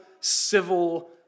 civil